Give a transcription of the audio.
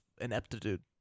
ineptitude